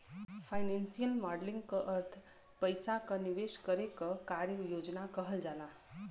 financial modelling क अर्थ पइसा क निवेश करे क कार्य योजना कहल जाला